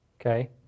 Okay